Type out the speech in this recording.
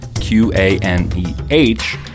Q-A-N-E-H